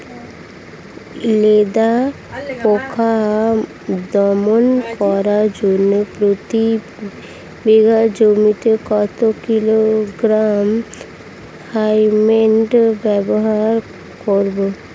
লেদা পোকা দমন করার জন্য প্রতি বিঘা জমিতে কত কিলোগ্রাম থাইমেট ব্যবহার করব?